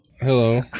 Hello